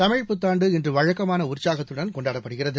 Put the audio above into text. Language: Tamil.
தமிழ் புத்தான்டு இன்று வழக்கமான உற்சாகத்துடன் கொண்டாடப்படுகிறது